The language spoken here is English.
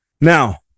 Now